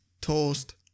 toast